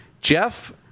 Jeff